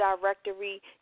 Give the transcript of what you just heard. directory